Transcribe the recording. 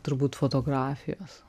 turbūt fotografijos